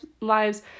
lives